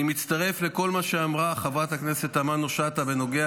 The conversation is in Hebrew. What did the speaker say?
אני מצטרף לכל מה שאמרה חברת הכנסת תמנו שטה בנוגע